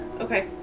Okay